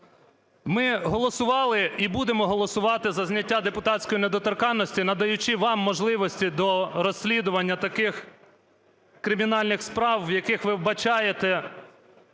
Ми голосували і будемо голосувати за зняття депутатської недоторканності, надаючи вам можливості до розслідування таких кримінальних справ, в яких ви вбачаєте